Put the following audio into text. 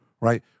Right